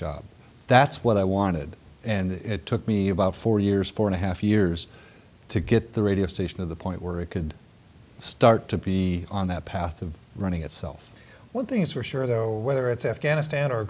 job that's what i wanted and it took me about four years four and a half years to get the radio station of the point where it could start to be on that path of running itself one thing's for sure though whether it's afghanistan or